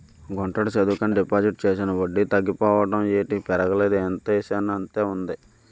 గుంటడి చదువుకని డిపాజిట్ చేశాను వడ్డీ తగ్గిపోవడం ఏటి పెరగలేదు ఎంతేసానంతే ఉంది